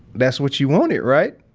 that's what you wanted, right?